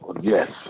Yes